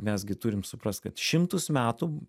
mes gi turim suprast kad šimtus metų